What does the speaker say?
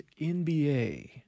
NBA